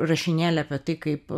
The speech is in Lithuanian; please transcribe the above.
rašinėlį apie tai kaip